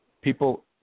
people